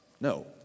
No